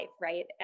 right